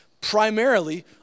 primarily